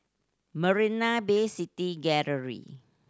Marina Bay City Gallery